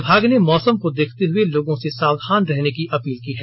विभाग ने मौसम को देखते हुए लोगों से सावधान रहने की अपील की है